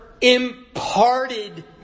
imparted